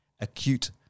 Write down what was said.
acute